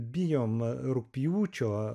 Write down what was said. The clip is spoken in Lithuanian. bijom rugpjūčio